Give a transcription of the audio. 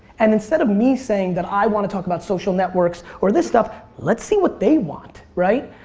and instead of me saying that i want to talk about social networks or this stuff let's see what they want. right?